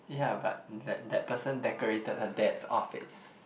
yeah but that that person decorated her dad's office